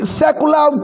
secular